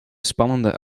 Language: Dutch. spannende